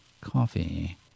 Coffee